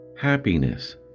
happiness